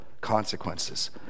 consequences